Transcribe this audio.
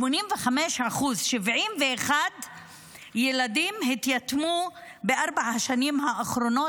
85%. 71 ילדים התייתמו בארבע השנים האחרונות,